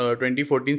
2014